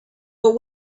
but